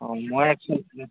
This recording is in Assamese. মই